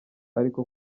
ariko